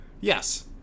Yes